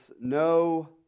no